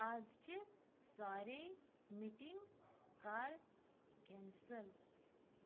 آزچہِ سارے مِٹنٛگ کَر کینسَل